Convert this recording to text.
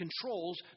controls